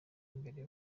mbere